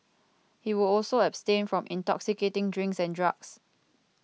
he will also abstain from intoxicating drinks and drugs